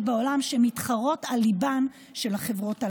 בעולם שמתחרות על ליבן של החברות הללו.